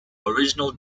original